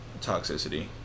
toxicity